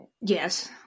Yes